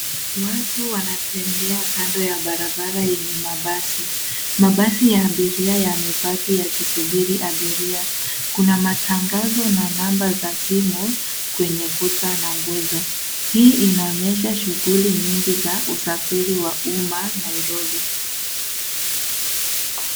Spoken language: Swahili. Watu wanatembea kando ya barabara yenye mabasi. Mabasi ya abiria yamepaki yakisubiri abiria. Kuna matangazo na namba za simu kwenye kuta na nguzo. Hii inaonyesha shughuli nyingi za usafiri wa umma Nairobi.